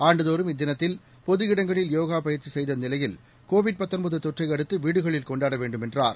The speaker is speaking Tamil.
ஆண்டுதோறும் இத்தினத்தில் பொது இடங்களில் யோகா பயிற்சி செய்த நிலையில் கோவிட் தொற்றையடுத்து வீடுகளில் கொண்டாட வேண்டும் என்றார்